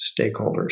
stakeholders